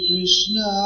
Krishna